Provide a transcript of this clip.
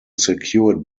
secure